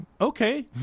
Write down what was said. okay